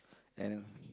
and